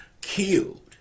killed